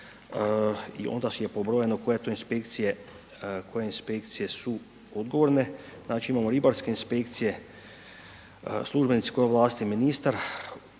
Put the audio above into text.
i onda je pobrojano koje to inspekcije su odgovorne, znači imamo ribarske inspekcije, službenici koje je ovlastio ministar,